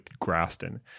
Graston